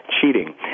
cheating